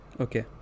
Okay